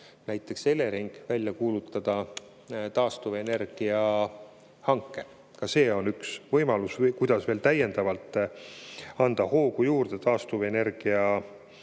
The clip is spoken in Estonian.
näiteks Elering välja kuulutada taastuvenergia hanke. Ka see on üks võimalus, kuidas veel anda hoogu juurde taastuvenergialahenduste